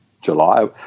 July